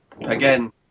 Again